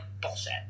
bullshit